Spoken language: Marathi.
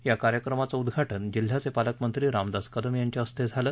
या कार्यक्रमाचं उद्घाटन जिल्ह्याचे पालकमंत्री रामदास कदम यांच्या हस्ते झालं